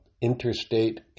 interstate